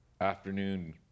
afternoon